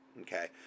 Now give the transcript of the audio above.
Okay